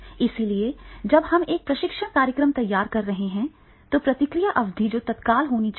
इसलिए जब भी हम एक प्रशिक्षण कार्यक्रम तैयार कर रहे हैं तो प्रतिक्रिया अवधि जो तत्काल होनी चाहिए